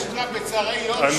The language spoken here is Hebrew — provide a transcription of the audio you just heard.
אין הפקת לקחים מזה שלא היה קבינט?